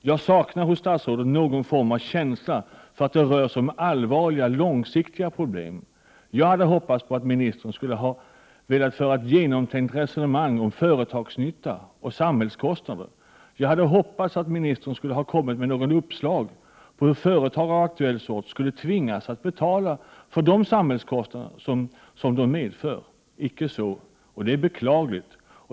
Jag saknar hos statsrådet någon form av känsla för att det här rör sig om allvarliga, långsiktiga problem. Jag hade hoppats att statsrådet skulle ha velat föra ett genomtänkt resonemang om företagsnytta och samhällskostnader. Jag hade hoppats att statsrådet skulle ha kommit med något uppslag på hur företag av aktuell sort skulle tvingas att betala för de samhällskostnader som deras verksamhet medför. Icke så, och det är beklagligt.